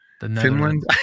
Finland